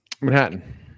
Manhattan